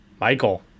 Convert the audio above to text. Michael